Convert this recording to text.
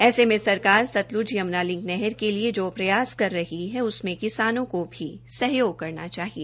ऐसे में सरकार सतल्त यम्ना लिक नहर के लिए जो प्रयास कर रही है उसमें किसानों को भी सहयोग करना चाहिए